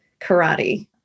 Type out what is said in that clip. karate